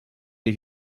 des